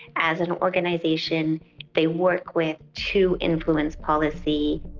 as an organisation they work with to influence policy.